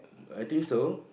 I think so